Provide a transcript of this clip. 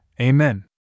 amen